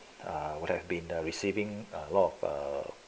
err would have been the receiving a lot of err